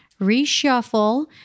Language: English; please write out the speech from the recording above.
reshuffle